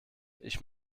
ich